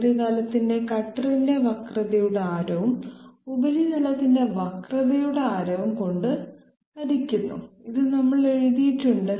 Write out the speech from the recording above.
ഉപരിതലത്തെ കട്ടറിന്റെ വക്രതയുടെ ആരവും ഉപരിതലത്തിന്റെ വക്രതയുടെ ആരവും കൊണ്ട് ഹരിക്കുന്നു ഇത് നമ്മൾ എഴുതിയിട്ടുണ്ട്